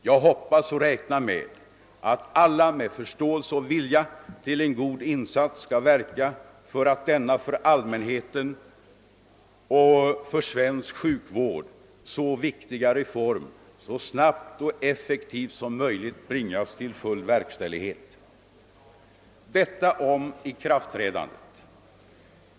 Jag hoppas och räknar med att alla med förståelse och vilja till en god insats skall verka för att denna för allmänheten och för svensk sjukvård så viktiga reform så snabbt och effektivt som möjligt bringas till full verkställighet.